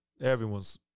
Everyone's